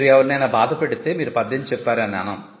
మీరు ఎవరినైనా బాధపెడితే మీరు పద్యం చెప్పారు అని అనం